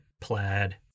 plaid